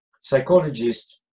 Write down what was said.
psychologist